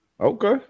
Okay